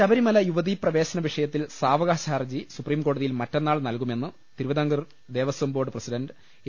ശബരിമല യുവതീപ്രവേശന വിഷയത്തിൽ സാവകാശ ഹർജി സുപ്രീംകോടതിയിൽ മറ്റന്നാൾ നൽകുമെന്ന് Thiruvithamkoor Devaswom board president A